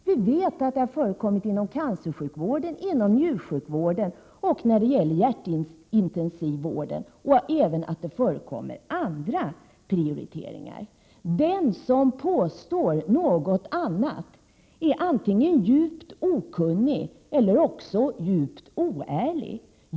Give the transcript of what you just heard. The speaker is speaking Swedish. Vi vet att det har förekommit i fråga om cancersjukvården, njursjukvården och hjärtintensivvården, och vi vet också att det förekommer andra prioriteringar. Den som påstår något annat är antingen djupt okunnig eller också djupt oärlig.